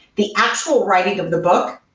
the actual writing of the book,